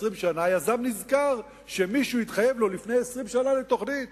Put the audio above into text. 20 שנה היזם נזכר שמישהו התחייב לו לפני 20 שנה לתוכנית.